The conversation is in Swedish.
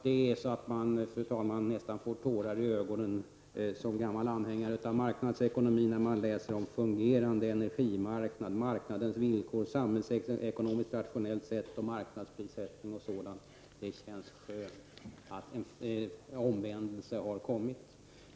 Det är så att man, fru talman, nästan får tårar i ögonen som gammal anhängare av marknadsekonomi när man läser om en fungerande energimarknad, marknadens villkor, samhällsekonomiskt rationellt sätt, marknadsprissättning och liknande. Det känns skönt att en omvändelse har kommit.